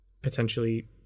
potentially